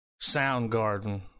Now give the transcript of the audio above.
Soundgarden